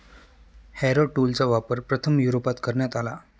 Harrow टूलचा वापर प्रथम युरोपात करण्यात आला